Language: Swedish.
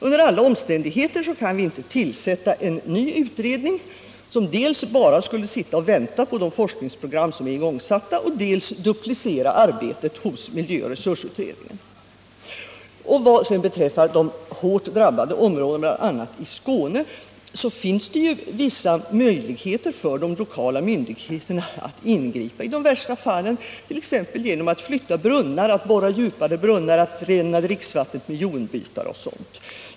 Under alla omständigheter kan vi inte tillsätta en ny utredning som dels bara skulle sitta och vänta på de forskningsprogram som är igångsatta, dels duplicera arbetet hos miljöoch resursutredningen. Vad beträffar de hårt drabbade områdena, bl.a. i Skåne, finns det redan i dag möjligheter för de lokala myndigheterna att ingripa i de värsta fallen, t.ex. genom att flytta brunnar, borra djupare brunnar och rena dricksvattnet med jonbytare.